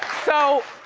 so,